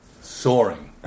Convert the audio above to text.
soaring